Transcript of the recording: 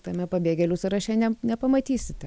tame pabėgėlių sąraše ne nepamatysite